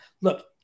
look